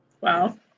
Wow